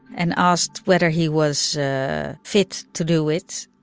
and asked whether he was fit to do it.